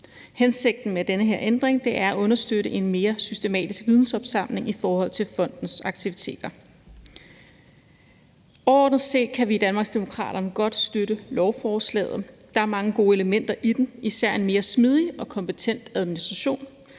Hensigten med denne ændring er at understøtte en mere systematisk vidensopsamling i forhold til fondens aktiviteter. Overordnet set kan vi i Danmarksdemokraterne godt støtte lovforslaget. Der er mange gode elementer i det, især i forhold til en mere smidig og kompetent administration,